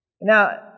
Now